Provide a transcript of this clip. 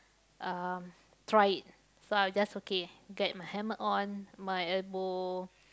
uh try it so I just okay get my helmet on my elbow